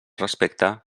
respecte